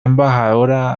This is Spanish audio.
embajadora